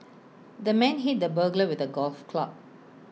the man hit the burglar with A golf club